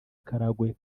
karagwe